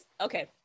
okay